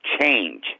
change